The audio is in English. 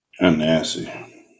nasty